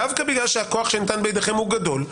דווקא בגלל שהכוח שניתן בידיכם גדול,